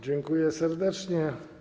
Dziękuję serdecznie.